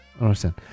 understand